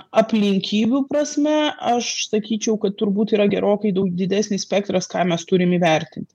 aplinkybių prasme aš sakyčiau kad turbūt yra gerokai daug didesnis spektras ką mes turim įvertinti